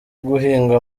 guhinga